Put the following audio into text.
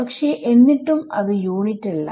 പക്ഷെ എന്നിട്ടും അത് യൂണിറ്റ് അല്ല